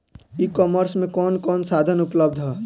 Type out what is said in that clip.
ई कॉमर्स में कवन कवन साधन उपलब्ध ह?